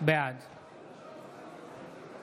בעד